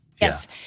yes